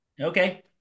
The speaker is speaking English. Okay